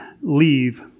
leave